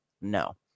No